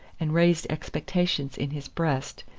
and raised expectations in his breast,